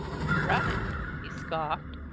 run it! he scoffed.